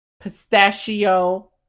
pistachio